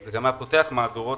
זה היה פותח מהדורות,